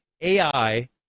ai